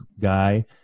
guy